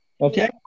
Okay